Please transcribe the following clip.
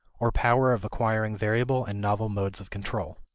or power of acquiring variable and novel modes of control.